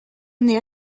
n’ai